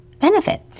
benefit